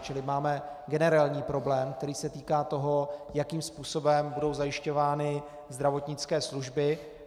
Čili máme generální problém, který se týká toho, jakým způsobem budou zajišťovány zdravotnické služby.